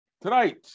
Tonight